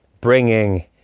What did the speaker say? bringing